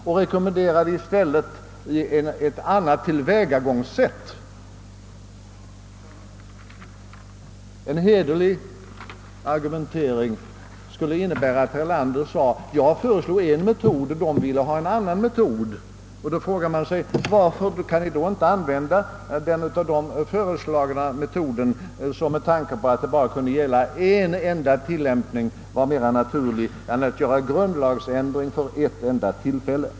Vi rekommenderade i stället ett annat tillvägagångssätt. En hederlig argumentering skulle innebära att herr Erlander sade: Jag föreslog en metod och de ville ha en annan metod. — Då frågar man sig: Varför kan regeringspartiet inte använda den av oss föreslagna metoden som, med tanke på att det bara kunde gälla en enda tillämpning, var mera naturlig än att företa grundlagsändring för ett enda tillfälle?